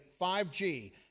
5G